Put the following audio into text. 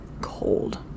cold